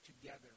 together